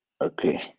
Okay